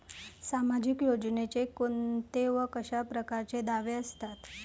सामाजिक योजनेचे कोंते व कशा परकारचे दावे असतात?